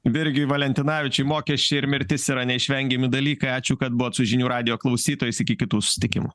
virgiui valentinavičiui mokesčiai ir mirtis yra neišvengiami dalykai ačiū kad buvot su žinių radijo klausytojais iki kitų susitikimų